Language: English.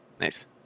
Nice